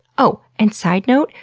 oh and side note,